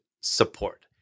support